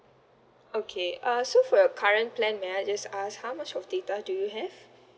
okay uh so for your current plan may I just ask how much of data do you have